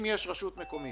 אם יש רשות מקומית